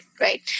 right